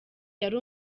yari